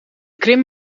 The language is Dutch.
krim